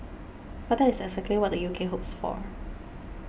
but that is exactly what the U K hopes for